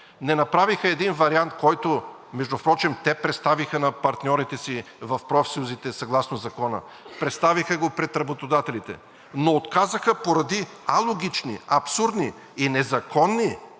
не направиха един вариант, който, между другото, те представиха на партньорите си в профсъюзите, съгласно закона – представиха го пред работодателите, но отказаха поради алогични, абсурдни и незаконни